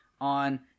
on